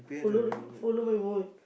follow the m~ follow my mood